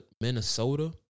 Minnesota